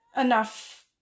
enough